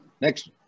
Next